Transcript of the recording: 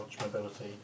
mobility